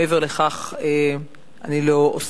מעבר לכך לא אוסיף.